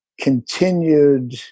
continued